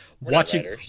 watching